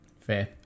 Fair